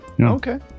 Okay